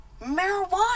marijuana